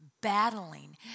Battling